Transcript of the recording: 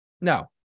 No